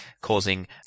causing